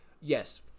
yes